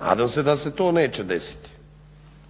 nadam se da se to neće desiti.